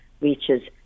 reaches